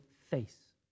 face